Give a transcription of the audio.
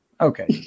Okay